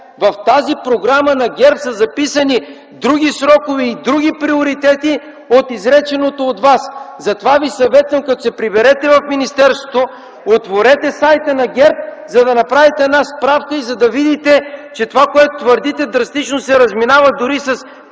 В тази Програма на ГЕРБ са записани други срокове и други приоритети от изреченото от Вас. Затова Ви съветвам - като се приберете в министерството, отворете сайта на ГЕРБ, за да направите справка, за да видите, че това, което твърдите, драстично се разминава дори с